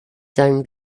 down